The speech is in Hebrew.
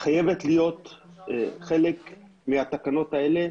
חייבת להיות חלק מהתקנות האלה.